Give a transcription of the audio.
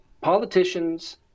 politicians